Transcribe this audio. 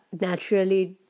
naturally